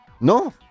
No